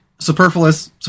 superfluous